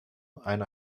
eine